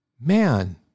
man